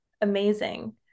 amazing